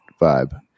vibe